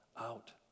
out